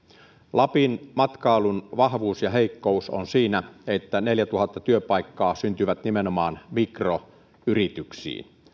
lapin matkailun vahvuus ja heikkous on siinä että neljätuhatta työpaikkaa syntyy nimenomaan mikroyrityksiin